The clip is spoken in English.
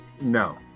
No